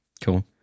Cool